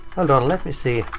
hold on, let me see.